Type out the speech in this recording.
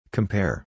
Compare